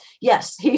Yes